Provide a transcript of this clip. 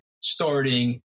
starting